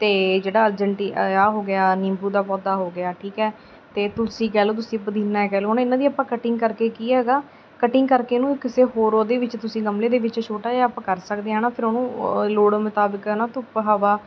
ਅਤੇ ਜਿਹੜਾ ਅਰਜਨਟੀ ਆ ਹੋ ਗਿਆ ਨਿੰਬੂ ਦਾ ਪੌਦਾ ਹੋ ਗਿਆ ਠੀਕ ਹੈ ਅਤੇ ਤੁਲਸੀ ਕਹਿ ਲਓ ਤੁਸੀਂ ਪੁਦੀਨਾ ਕਹਿ ਲਓ ਹੈ ਨਾ ਇਹਨਾਂ ਦੀ ਆਪਾਂ ਕਟਿੰਗ ਕਰਕੇ ਕੀ ਹੈਗਾ ਕਟਿੰਗ ਕਰਕੇ ਇਹਨੂੰ ਕਿਸੇ ਹੋਰ ਉਹਦੇ ਵਿੱਚ ਤੁਸੀਂ ਗਮਲੇ ਦੇ ਵਿੱਚ ਛੋਟਾ ਜਿਹਾ ਆਪਾਂ ਕਰ ਸਕਦੇ ਹੈ ਨਾ ਫਿਰ ਉਹਨੂੰ ਲੋੜ ਮੁਤਾਬਿਕ ਹੈ ਨਾ ਧੁੱਪ ਹਵਾ